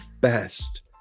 best